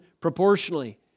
proportionally